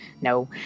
no